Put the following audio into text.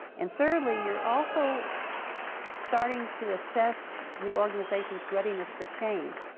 and thirdly, you're also starting to assess the organization's readiness for change.